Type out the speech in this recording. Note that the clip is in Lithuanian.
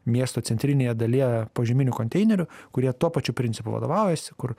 miesto centrinėje dalyje požeminių konteinerių kurie tuo pačiu principu vadovaujasi kur